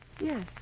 Yes